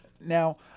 Now